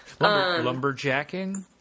Lumberjacking